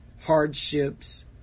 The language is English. hardships